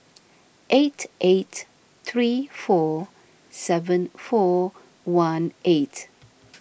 eight eight three four seven four one eight